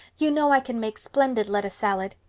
you know i can make splendid lettuce salad.